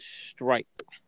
stripe